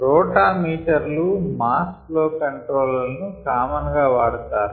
రోటా మీటర్లు mass flow controller లను common గావాడతారు